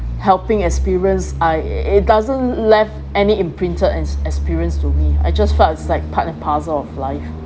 helping experience I it doesn't left any imprinted ex~ experience to me I just felt it's like part and parcel of life